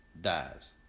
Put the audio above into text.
dies